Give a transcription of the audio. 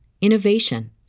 innovation